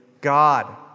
God